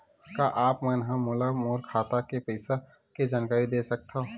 का आप मन ह मोला मोर खाता के पईसा के जानकारी दे सकथव?